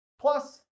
plus